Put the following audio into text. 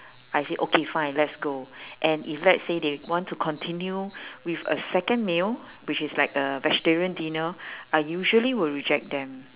I say okay fine let's go and if let's say they want to continue with a second meal which is like a vegetarian dinner I usually will reject them